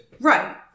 Right